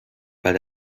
weil